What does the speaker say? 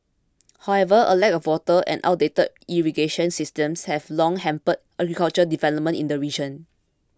however a lack of water and outdated irrigation systems have long hampered agricultural development in the region